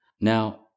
Now